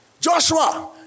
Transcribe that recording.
Joshua